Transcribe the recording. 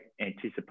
anticipate